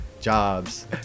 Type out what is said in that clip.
jobs